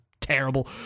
terrible